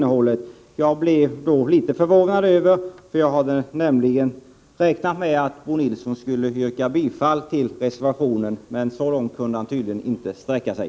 Efter detta räknade jag med att han skulle yrka bifall till reservationen, men så långt kunde han tydligen inte sträcka sig.